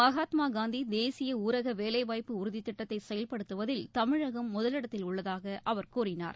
மகாத்மாகாந்திதேசியஊரகவேலைவாய்ப்பு உறுதித் திட்டத்தைசெயல்படுத்துவதில் தமிழகம் முதலிடத்தில் உள்ளதாகஅவர் கூறினார்